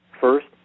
First